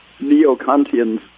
neo-Kantians